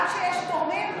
גם כשיש תורמים,